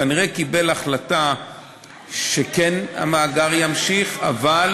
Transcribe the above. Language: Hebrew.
כנראה קיבל החלטה שהמאגר ימשיך לפעול,